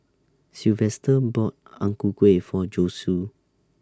Sylvester bought Ang Ku Kueh For Josue